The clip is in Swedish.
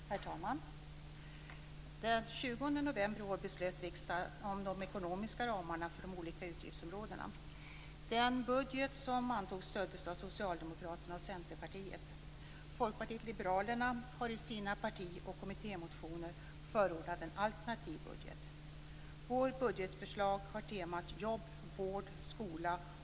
Herr talman! Den 20 november i år beslutade riksdagen om de ekonomiska ramarna för de olika utgiftsområdena. Den budget som antogs stöddes av Socialdemokraterna och Centerpartiet. Folkpartiet liberalerna har i sina parti och kommittémotioner förordat en alternativ budget. Vårt budgetförslag har temat jobb, vård och skola.